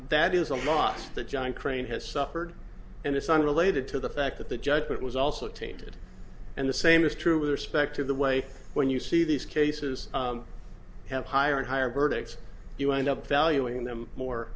that is a loss that john crane has suffered and it's unrelated to the fact that the judgment was also tainted and the same is true with respect to the way when you see these cases have higher and higher verdicts you end up valuing them more